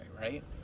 right